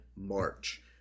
March